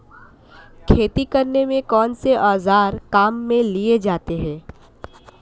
खेती करने में कौनसे औज़ार काम में लिए जाते हैं?